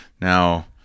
Now